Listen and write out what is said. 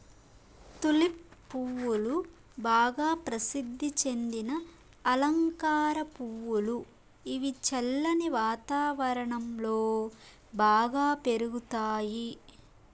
tulip పువ్వులు బాగా ప్రసిద్ది చెందిన అలంకార పువ్వులు, ఇవి చల్లని వాతావరణం లో బాగా పెరుగుతాయి